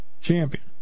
Champion